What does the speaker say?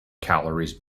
calories